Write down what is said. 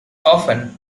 often